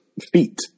feet